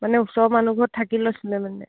মানে ওচৰৰ মানুহঘৰত থাকি লৈছিলে মানে